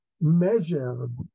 measured